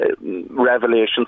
revelations